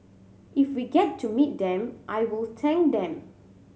if we get to meet them I will thank them